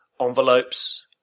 envelopes